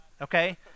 Okay